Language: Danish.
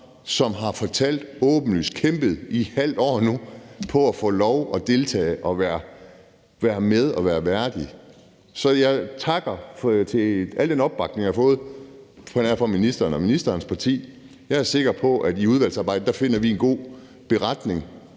som har fortalt åbent, at han nu i et halvt år har kæmpet for at få lov til at deltage og være med og have sin værdighed. Så jeg takker for al den opbakning, jeg har fået, på nær fra ministeren og ministerens parti. Jeg er sikker på, at vi i udvalgsarbejdet finder frem til en god beretning,